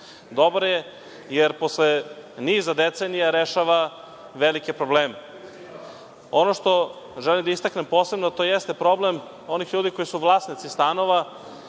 Dobar je jer posle niza decenija rešava velike probleme. Ono što želim da istaknem posebno to jeste problem onih ljudi koji su vlasnici stanova,